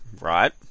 right